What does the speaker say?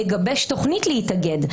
לגבש תכנית להתאגד.